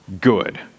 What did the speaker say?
good